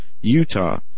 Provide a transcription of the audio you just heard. Utah